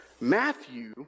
Matthew